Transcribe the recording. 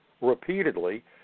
repeatedly